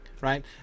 right